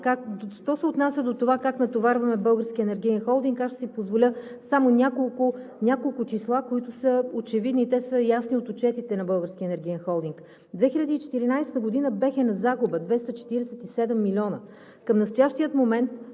Що се отнася обаче до това как натоварваме Българския енергиен холдинг, аз ще си позволя само няколко числа, които са очевидни, те са ясни от отчетите на Българския енергиен холдинг. 2014 г. БЕХ е на загуба 247 милиона, към настоящия момент